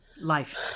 life